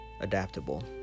adaptable